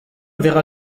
verra